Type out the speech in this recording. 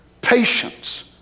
patience